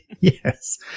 Yes